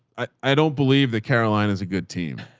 i, i don't believe that carolina's a good team.